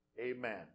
Amen